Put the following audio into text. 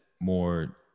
more